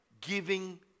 giving